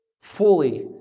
fully